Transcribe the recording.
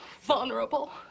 vulnerable